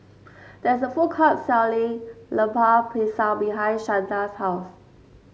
there is a food court selling Lemper Pisang behind Shanta's house